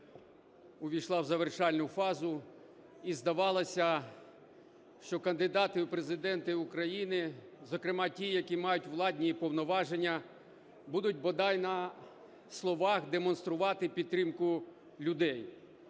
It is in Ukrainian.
увійшла в завершальну фазу, і, здавалося, що кандидати в Президенти України, зокрема ті, які мають владні повноваження, будуть бодай на словах демонструвати підтримку людей,